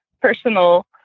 personal